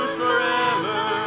forever